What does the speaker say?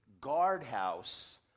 guardhouse